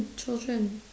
children